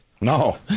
No